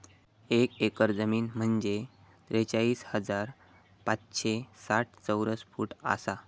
एक एकर जमीन म्हंजे त्रेचाळीस हजार पाचशे साठ चौरस फूट आसा